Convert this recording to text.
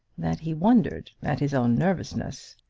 that he wondered at his own nervousness.